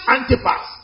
Antipas